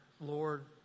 Lord